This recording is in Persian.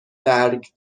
برگ